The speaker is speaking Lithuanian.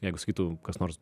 jeigu sakytų kas nors